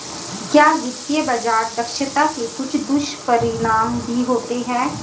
क्या वित्तीय बाजार दक्षता के कुछ दुष्परिणाम भी होते हैं?